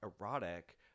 erotic